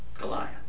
Goliath